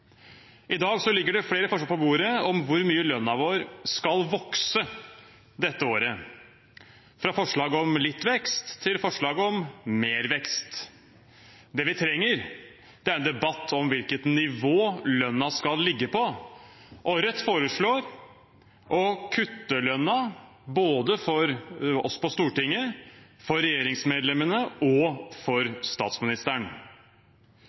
I dag ligger det flere forslag på bordet om hvor mye lønnen vår skal vokse dette året, fra forslag om litt vekst til forslag om mer vekst. Det vi trenger, er en debatt om hvilket nivå lønnen skal ligge på. Rødt foreslår å kutte lønnen, både for oss på Stortinget, for regjeringsmedlemmene og